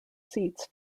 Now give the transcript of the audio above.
seats